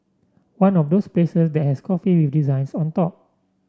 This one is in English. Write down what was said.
one of those places that has coffee with designs on top